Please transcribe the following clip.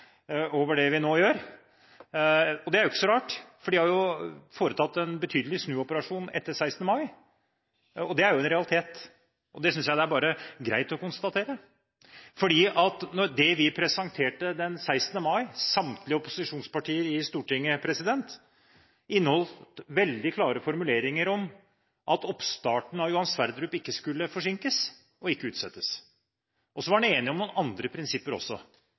over det vi nå gjør. Det er ikke så rart, for de har jo foretatt en betydelig snuoperasjon etter 16. mai. Det er en realitet, og det synes jeg det er greit å konstatere. Det vi, samtlige opposisjonspartier i Stortinget, presenterte den 16. mai, inneholdt veldig klare formuleringer om at oppstarten av Johan Sverdrup ikke skulle forsinkes og ikke utsettes. En var enig om noen andre prinsipper også.